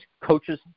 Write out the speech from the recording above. coaches